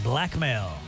Blackmail